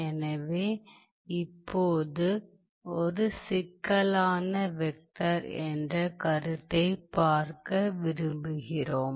எனவே இப்போது ஒரு சிக்கலான வெக்டர் என்ற கருத்தைப் பார்க்க விரும்புகிறோம்